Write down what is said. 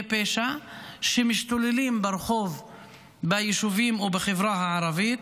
פשע שמשתוללים ברחוב ביישובים או בחברה הערבית,